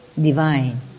divine